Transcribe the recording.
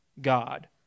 God